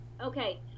Okay